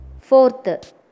Fourth